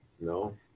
No